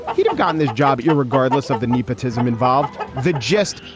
he'd have gotten this job if regardless of the nepotism involved, the gist.